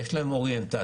יש להם אוריינטציה,